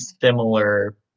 similar